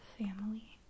family